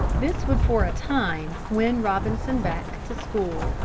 this would for a time win robinson back to school,